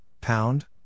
Pound